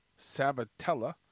Sabatella